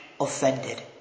offended